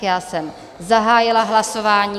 Já jsem zahájila hlasování.